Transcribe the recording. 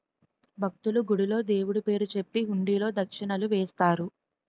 భక్తులు, గుడిలో దేవుడు పేరు చెప్పి హుండీలో దక్షిణలు వేస్తారు